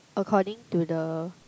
according to the